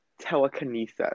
telekinesis